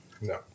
No